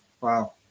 Wow